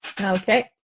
Okay